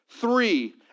three